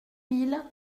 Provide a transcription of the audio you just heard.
mille